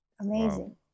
Amazing